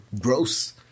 gross